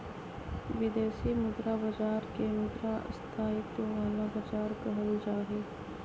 विदेशी मुद्रा बाजार के मुद्रा स्थायित्व वाला बाजार कहल जाहई